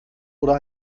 oder